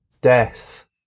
death